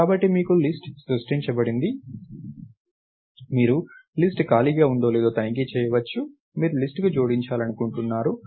కాబట్టి మీకు లిస్ట్ సృష్టించబడింది మీరు లిస్ట్ ఖాళీగా ఉందో లేదో తనిఖీ చేయవచ్చు మీరు లిస్ట్ కు జోడించాలనుకుంటున్నారు